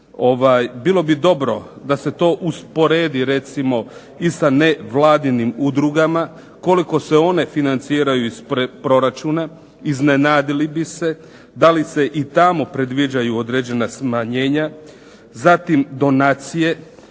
Bilo bi dobro da se to usporedi recimo i sa nevladinim udrugama. Koliko se one financiraju iz proračuna iznenadili bi se, da li se i tamo predviđaju određena smanjenja. Zatim donacije.